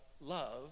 love